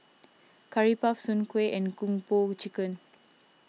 Curry Puff Soon Kueh and Kung Po Chicken